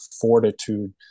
fortitude